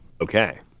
Okay